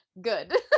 Good